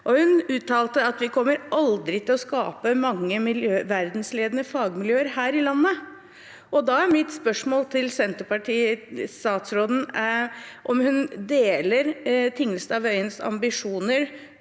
Hun uttalte: «Vi kommer aldri til å skape mange verdensledende fagmiljøer her i landet.» Da er mitt spørsmål til Senterparti-statsråden om hun deler Tingelstad Wøiens ambisjoner